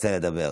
רוצה לדבר.